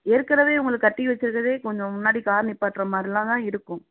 ஏற்கனவே உங்களுக்கு கட்டி வச்சுருந்ததே கொஞ்சம் முன்னாடி கார் நிப்பாட்டுற மாரிலாம்தான் இருக்கும்